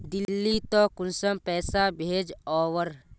दिल्ली त कुंसम पैसा भेज ओवर?